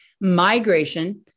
Migration